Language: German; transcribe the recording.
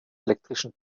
elektrischen